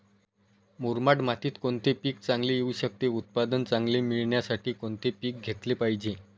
मुरमाड मातीत कोणते पीक चांगले येऊ शकते? उत्पादन चांगले मिळण्यासाठी कोणते पीक घेतले पाहिजे?